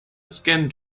scan